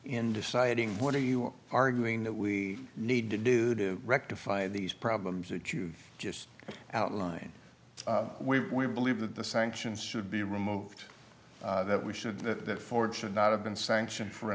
in deciding what are you arguing that we need to do to rectify these problems that you just outlined we believe that the sanctions should be removed that we should put forward should not have been sanctioned for